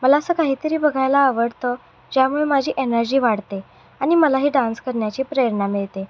मला असं काहीतरी बघायला आवडतं ज्यामुळे माझी एनर्जी वाढते आणि मलाही डान्स करण्याची प्रेरणा मिळते